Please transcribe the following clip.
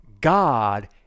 God